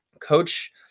Coach